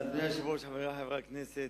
אדוני היושב-ראש, חברי חברי הכנסת,